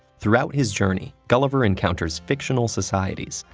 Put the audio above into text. throughout his journey, gulliver encounters fictional societies,